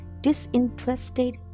disinterested